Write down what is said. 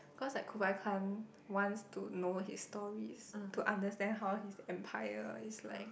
cause like Kublai Khan wants to know his stories to understand how his empire is like